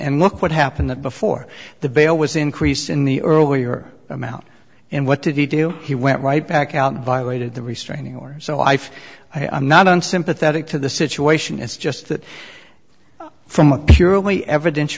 and look what happened that before the bail was increased in the earlier amount and what did he do he went right back out violated the restraining order so i feel i'm not unsympathetic to the situation it's just that from a purely evidence